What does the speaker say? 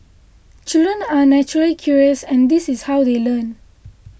children are naturally curious and this is how they learn